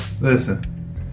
listen